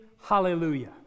hallelujah